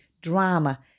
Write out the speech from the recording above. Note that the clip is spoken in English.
drama